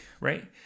right